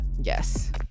yes